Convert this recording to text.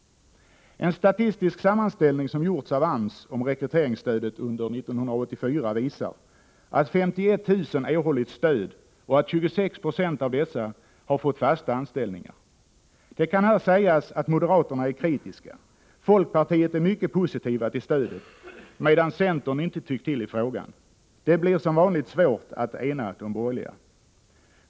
En statistisk sammanställning som gjorts av AMS gällande rekryteringsstödet under 1984 visar att stöd erhållits för 51 000 personer och att 26 90 av dessa har fått fasta anställningar. Här kan sägas att moderaterna är kritiska, och att folkpartiet är mycket positivt till stödet, medan centern inte tyckt till i frågan. Det blir som vanligt svårt för de borgerliga att enas.